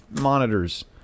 monitors